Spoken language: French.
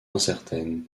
incertaines